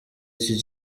iki